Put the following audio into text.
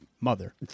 mother